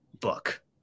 book